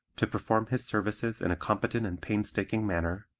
to perform his services in a competent and painstaking manner,